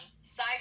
Side